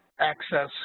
access